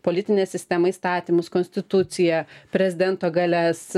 politinę sistemą įstatymus konstituciją prezidento galias